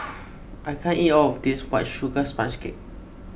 I can't eat all of this White Sugar Sponge Cake